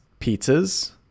pizzas